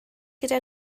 gyda